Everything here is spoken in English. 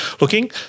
looking